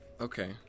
Okay